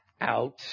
out